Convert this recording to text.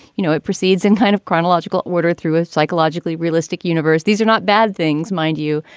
you know, it proceeds in kind of chronological order through a psychologically realistic universe. these are not bad things, mind you,